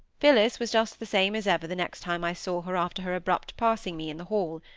phillis was just the same as ever the next time i saw her after her abrupt passing me in the hall.